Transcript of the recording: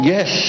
Yes